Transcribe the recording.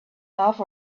love